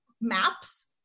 maps